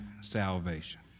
salvation